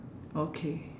okay